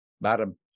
Madam